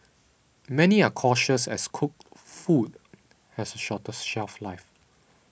many are cautious as cooked food has a shorter shelf life